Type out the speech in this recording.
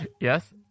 Yes